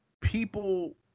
people